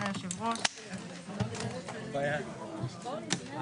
הישיבה ננעלה בשעה 11:04.